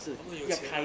因为有钱